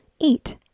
eat